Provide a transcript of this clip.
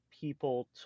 people